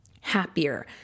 Happier